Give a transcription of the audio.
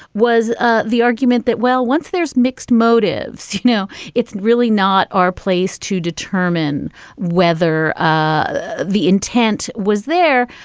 was ah the argument that, well, once there's mixed motives, you know, it's really not our place to determine whether ah the intent was there.